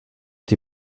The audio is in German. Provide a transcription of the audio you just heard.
die